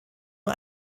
nur